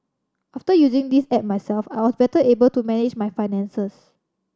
after using this app myself I was better able to manage my finances